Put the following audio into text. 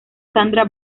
sandra